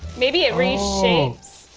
maybe it reshapes?